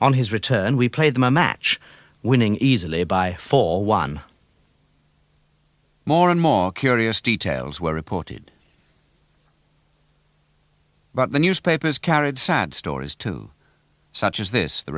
on his return we played the match winning easily by for one more and more curious details were reported but the newspapers carried sad stories too such as this the